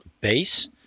base